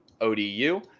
ODU